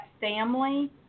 family